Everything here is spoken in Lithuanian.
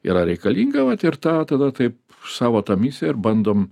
yra reikalinga vat ir tą tada taip savo tą misiją ir bandom